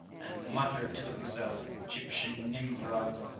and muttered to himself gyptian nimvrod!